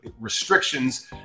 restrictions